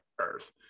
earth